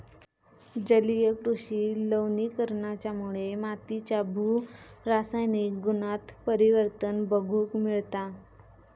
जलीय कृषि लवणीकरणाच्यामुळे मातीच्या भू रासायनिक गुणांत परिवर्तन बघूक मिळता